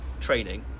training